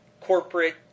corporate